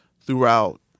throughout